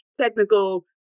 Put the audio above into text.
technical